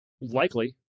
Likely